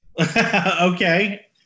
Okay